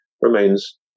remains